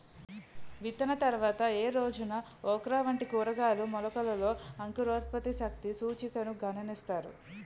విత్తిన తర్వాత ఏ రోజున ఓక్రా వంటి కూరగాయల మొలకలలో అంకురోత్పత్తి శక్తి సూచికను గణిస్తారు?